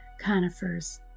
conifers